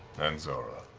and zahra.